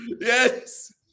Yes